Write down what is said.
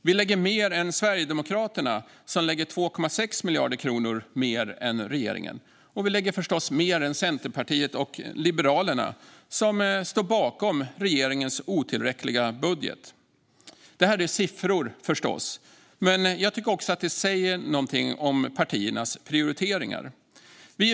Vi lägger mer än Sverigedemokraterna, som lägger 2,6 miljarder kronor mer än regeringen. Vi lägger förstås även mer än Centerpartiet och Liberalerna, som står bakom regeringens otillräckliga budget. Detta är förstås bara siffror, men de säger något om partiernas prioriteringar.